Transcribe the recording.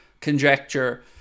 conjecture